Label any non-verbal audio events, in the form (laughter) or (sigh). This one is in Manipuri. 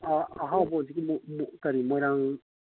ꯑꯍꯥꯎꯕ ꯍꯧꯖꯤꯛꯀꯤ (unintelligible) ꯀꯔꯤ ꯃꯣꯏꯔꯥꯡ